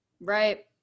Right